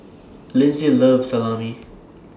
Lindsey loves Salami